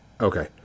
Okay